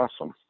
Awesome